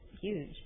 huge